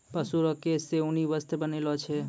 पशु रो केश से ऊनी वस्त्र बनैलो छै